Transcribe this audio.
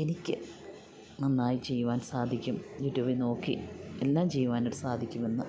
എനിക്ക് നന്നായി ചെയ്യുവാൻ സാധിക്കും യൂട്യൂബിൽ നോക്കി എല്ലാം ചെയ്യുവാനായിട്ട് സാധിക്കുമെന്ന്